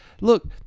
look